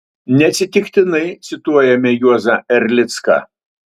neatsitiktinai cituojame juozą erlicką